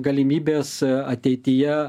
galimybės ateityje